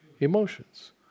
emotions